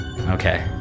Okay